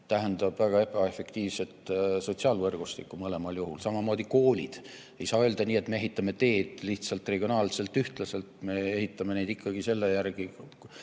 tähendab väga ebaefektiivset sotsiaalvõrgustikku mõlemal juhul. Samamoodi koolid. Ei saa öelda nii, et me ehitame teed lihtsalt regionaalselt ühtlaselt, me ehitame neid ikkagi selle järgi, kus